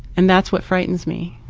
and that's what frightens me